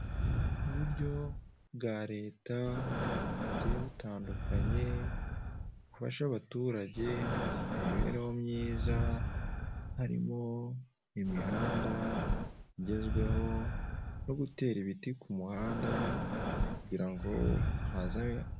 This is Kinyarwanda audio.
Uburyo bwa leta bugiye butandukanye, bufasha abaturage mu mibereho myiza, harimo imihanda igezweho no gutera ibiti ku muhanda kugira ngo hazabe